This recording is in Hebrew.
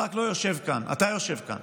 ברק לא יושב כאן, אתה יושב כאן.